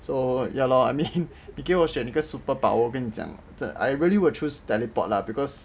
so ya lor I mean 你给我选一个 superpower 我跟你讲 I really will choose teleport ah because